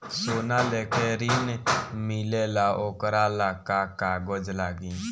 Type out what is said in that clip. सोना लेके ऋण मिलेला वोकरा ला का कागज लागी?